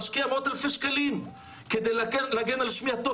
להשקיע מאות אלפי שקלים כדי להגן על שמי הטוב.